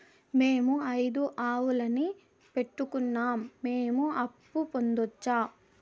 మేము ఐదు ఆవులని పెట్టుకున్నాం, మేము అప్పు పొందొచ్చా